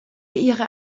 ihrer